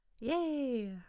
Yay